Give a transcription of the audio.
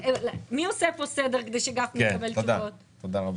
תודה רבה.